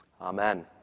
Amen